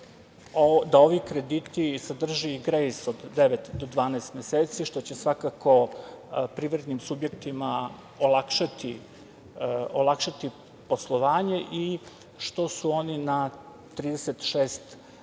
da ovi krediti sadrže i grejs period od devet do dvanaest meseci, što će svakako privrednim subjektima olakšati poslovanje i što su oni na 36 meseci,